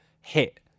hit